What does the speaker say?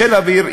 בחיל האוויר,